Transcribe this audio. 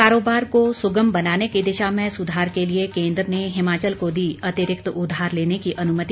कारोबार को सुगम बनाने की दिशा में सुधार के लिए केन्द्र ने हिमाचल को दी अतिरिक्त उधार लेने की अनुमति